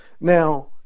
Now